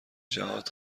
جهات